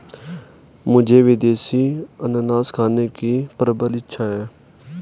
मुझे विदेशी अनन्नास खाने की प्रबल इच्छा है